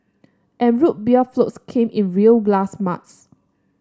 and Root Beer floats came in real glass mugs